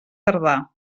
tardar